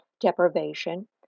deprivation